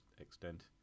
extent